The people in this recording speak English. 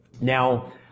Now